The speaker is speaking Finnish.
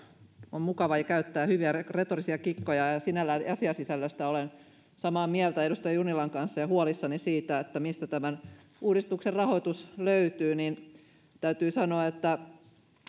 on mukava käyttää hyviä retorisia kikkoja ja sinällään asiasisällöstä olen samaa mieltä edustaja junnilan kanssa ja huolissani siitä mistä tämän uudistuksen rahoitus löytyy niin täytyy sanoa että